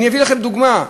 אני אביא לכם דוגמה,